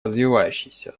развивающиеся